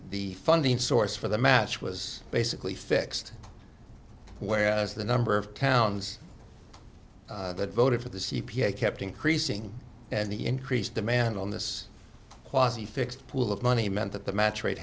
the funding source for the match was basically fixed whereas the number of towns that voted for the c p a kept increasing and the increased demand on this quasi fixed pool of money meant that the match rate